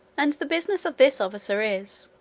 and the business of this officer is,